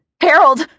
Harold